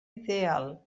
ideal